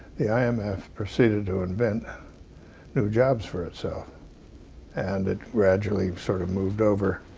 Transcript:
the i m f. proceeded to invent new jobs for itself and it gradually sort of moved over